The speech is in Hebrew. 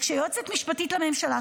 כשיועצת משפטית לממשלה,